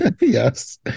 Yes